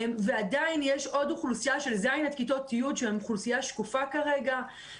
עדיין יש עוד אוכלוסייה של כיתות י' שהיא אוכלוסייה שקופה כרגע.